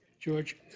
George